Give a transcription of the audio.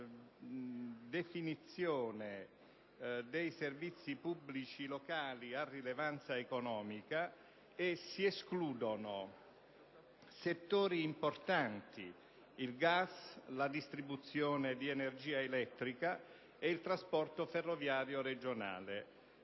definizione dei servizi pubblici locali a rilevanza economica e si escludono settori importanti come il gas, la distribuzione di energia elettrica e il trasporto ferroviario regionale,